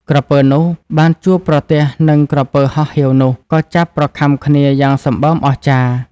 ក្រពើនោះបានជួបប្រទះនឹងក្រពើហោះហៀវនោះ ក៏ចាប់ប្រខាំគ្នាយ៉ាងសម្បើមអស្ចារ្យ។